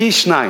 פי-שניים,